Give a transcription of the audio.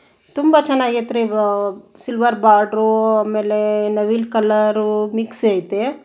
ತುಂಬ ಚೆನ್ನಾಗಿತ್ತು ರೀ ಸಿಲ್ವರ್ ಬಾರ್ಡ್ರು ಆಮೇಲೆ ನವಿಲು ಕಲರು ಮಿಕ್ಸ್ ಐತೇ